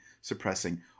suppressing